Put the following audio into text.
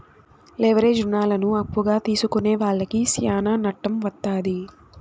leverage రుణాలను అప్పుగా తీసుకునే వాళ్లకి శ్యానా నట్టం వత్తాది